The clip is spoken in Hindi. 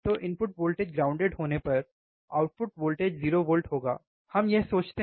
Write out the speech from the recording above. तो इनपुट वोल्टेज ग्राउंडेड होने पर आउटपुट वोल्टेज 0 वोल्ट होगा हम यह सोचते हैं